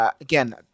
Again